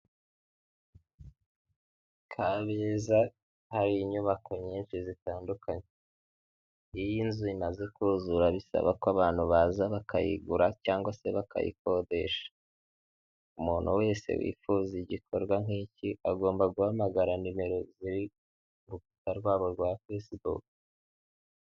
Kabeza hari inyubako nyinshi zitandukanye ,iyo inzu imaze kuzura bisaba ko abantu baza bakayigura cyangwa se bakayikodesha. Umuntu wese wifuza igikorwa nk'iki agomba guhamagara nimero ziri ku rukuta rwabo rwa facebook.